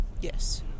Yes